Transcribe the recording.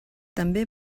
també